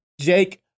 Jake